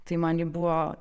tai man ji buvo